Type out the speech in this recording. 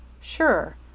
Sure